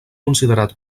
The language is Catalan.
considerat